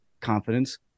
confidence